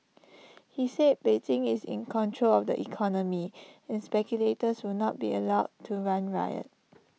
he said Beijing is in control of the economy and speculators will not be allowed to run riot